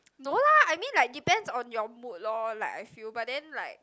no lah I mean like depends on your mood lor like I feel but then like